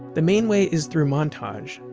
the main way is through montage.